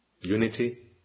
unity